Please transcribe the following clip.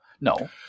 No